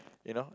you know